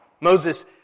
Moses